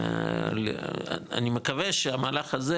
אני מקווה שהמהלך הזה,